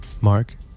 Mark